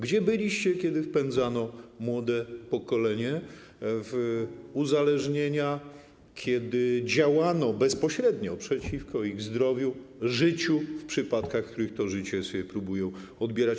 Gdzie byliście, kiedy wpędzano młode pokolenie w uzależnienia, kiedy działano bezpośrednio przeciwko ich zdrowiu, życiu, w przypadkach, w których to życie sobie próbują odbierać.